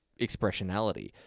expressionality